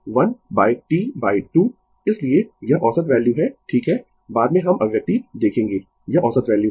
तो 1 T 2 इसलिए यह औसत वैल्यू है ठीक है बाद में हम अभिव्यक्ति देखेंगें यह औसत वैल्यू है